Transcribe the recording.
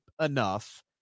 enough